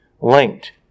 linked